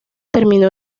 terminó